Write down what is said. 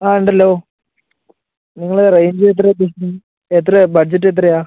ആ ഉണ്ടല്ലോ നിങ്ങള് റേഞ്ച് എത്രയാണ് ഉദ്ദേശിക്കുന്നത് എത്രയാണ് ബഡ്ജറ്റ് എത്രയാണ്